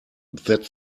that